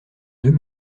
deux